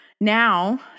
now